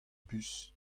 bus